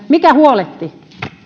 mikä huoletti